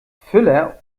füller